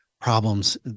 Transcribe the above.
problems